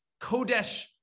kodesh